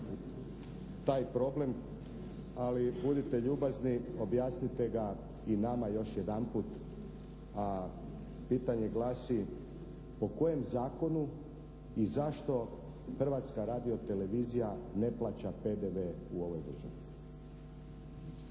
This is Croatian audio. taj problem ali budite ljubazni objasnite ga i nama još jedanput, a pitanje glasi po kojem zakonu i zašto Hrvatska radio televizija ne plaća PDV u ovoj državi?